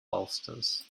bolsters